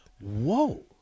Whoa